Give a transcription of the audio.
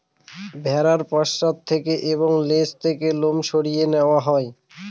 ভেড়ার পশ্চাৎ থেকে এবং লেজ থেকে লোম সরিয়ে নেওয়া হয়